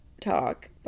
talk